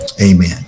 amen